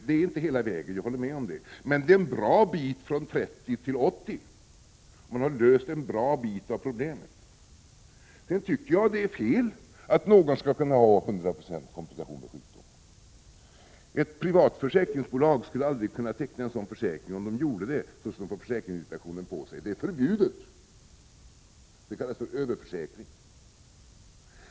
Det är inte hela vägen, men det är en bra bit från 30 till 80 26, och därmed har en stor del av problemet lösts. Jag anser att det är fel att någon skall kunna ha 100 22 i kompensation vid sjukdom. Ett privat försäkringsbolag skulle aldrig kunna teckna en sådan försäkring — om man gjorde det skulle man få försäkringsinspektionen på sig. Det är förbjudet, och kallas för överförsäkring.